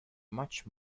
much